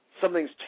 Something's